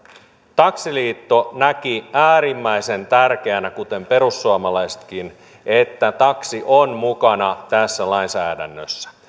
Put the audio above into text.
taksiliitto näki äärimmäisen tärkeänä kuten perussuomalaisetkin että taksi on mukana tässä lainsäädännössä